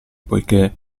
poiché